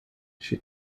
she